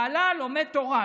בעלה לומד תורה,